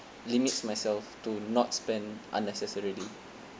limits myself to not spend unnecessarily